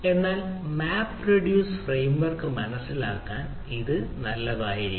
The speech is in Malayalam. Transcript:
എന്നാൽ മാപ്പ് റെഡ്യൂസ് ഫ്രെയിംവർക് മനസിലാക്കാൻ ഇത് നല്ലതായിരിക്കാം